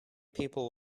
people